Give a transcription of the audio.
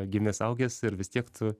gimęs augęs ir vis tiek tu